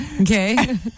Okay